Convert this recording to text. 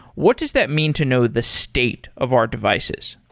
what does that mean to know the state of our devices?